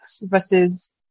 versus